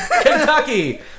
Kentucky